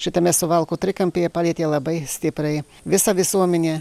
šitame suvalkų trikampyje palietė labai stipriai visą visuomenę